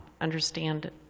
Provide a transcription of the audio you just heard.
understand